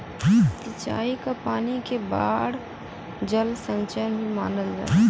सिंचाई क पानी के बाढ़ जल संचयन भी मानल जाला